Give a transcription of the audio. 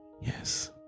yes